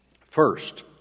First